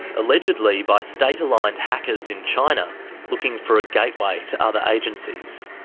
allegedly by state-aligned hackers in china looking for a gateway to other agencies.